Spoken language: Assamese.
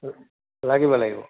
লাগিব লাগিব